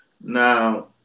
Now